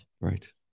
Right